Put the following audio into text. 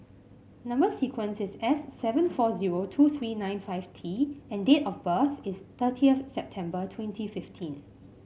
number sequence is S seven four zero two three nine five T and date of birth is thirtieth September twenty fifteen